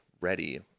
ready